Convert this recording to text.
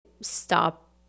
stop